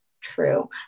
True